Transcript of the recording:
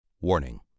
Warning